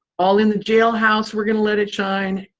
all in the jailhouse, we're gonna let it shine,